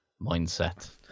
mindset